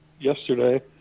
yesterday